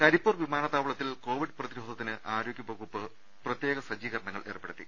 കരിപ്പൂർ വിമാനത്താവളത്തിൽ കോവിഡ് പ്രതിരോധ ത്തിന് ആരോഗ്യവകുപ്പ് പ്രത്യേക സജ്ജീകരണങ്ങൾ ഏർപ്പെ ടുത്തി